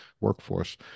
workforce